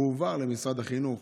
הועבר למשרד החינוך,